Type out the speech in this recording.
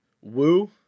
woo